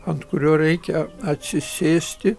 ant kurio reikia atsisėsti